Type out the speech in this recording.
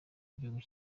igihugu